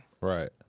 Right